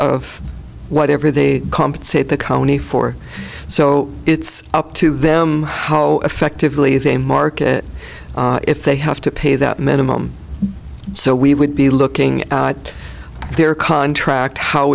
of whatever they compensate the county for so it's up to them how effectively they market if they have to pay that minimum so we would be looking at their contract how